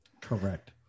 Correct